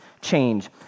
change